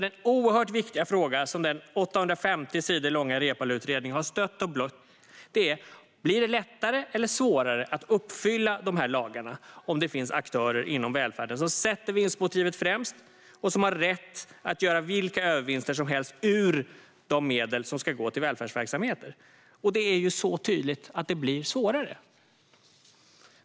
Den oerhört viktiga fråga som den 850 sidor långa Reepaluutredningen har stött och blött är om det blir lättare eller svårare att uppfylla de här lagarna om det finns aktörer inom välfärden som sätter vinstmotivet främst och som har rätt att göra vilka övervinster som helst av de medel som ska gå till välfärdsverksamheter. Och det är ju så tydligt att det blir svårare.